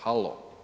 Halo.